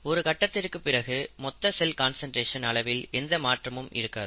ஒரு கட்டத்திற்கு பிறகு மொத்த செல் கான்சன்ட்ரேஷன் அளவில் எந்த மாற்றமும் இருக்காது